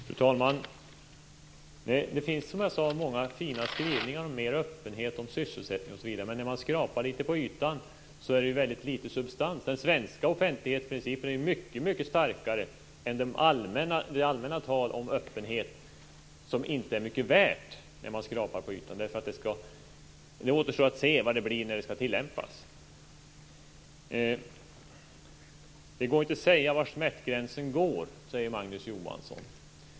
Fru talman! Det finns som jag sade många fina skrivningar om mer öppenhet, om sysselsättning osv. Men när man skrapar litet på ytan hittar man väldigt litet substans. Den svenska offentlighetsprincipen är mycket starkare än detta allmänna tal om öppenhet som inte är mycket värt när man skrapar på ytan. Det återstår att se vad det blir när det skall tillämpas. Det går inte att säga var smärtgränsen går, säger Magnus Johansson.